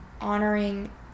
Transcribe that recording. honoring